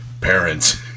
parents